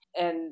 And-